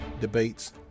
debates